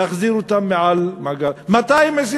להחזיר אותן אל מעל מעגל העוני,